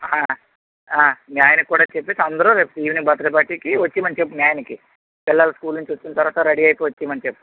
ఆ ఆ మీ ఆయనకి కూడా చెప్పేసి అందరూ రేపు ఈవినింగ్ బర్త్ డే పార్టీ కి వచ్చేయమని చెప్పు మీ ఆయనకి పిల్లలు స్కూల్ నుంచి వచ్చిన తర్వాత రెడీ అయిపోయి వచ్చేయమని చెప్పు